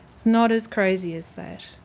not as crazy as that.